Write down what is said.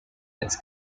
its